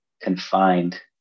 confined